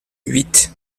huit